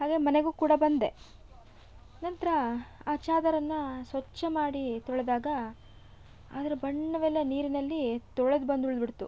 ಹಾಗೆ ಮನೆಗೂ ಕೂಡ ಬಂದೆ ನಂತರ ಆ ಚಾದರನ್ನು ಸ್ವಚ್ಛಮಾಡಿ ತೊಳೆದಾಗ ಅದರ ಬಣ್ಣವೆಲ್ಲ ನೀರಿನಲ್ಲಿ ತೊಳದು ಬಂದು ಉಳ್ದುಬಿಡ್ತು